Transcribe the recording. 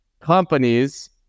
companies